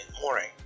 morning